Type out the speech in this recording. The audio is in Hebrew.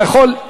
אתה יכול,